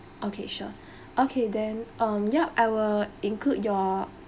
okay sure okay then um yup I will include your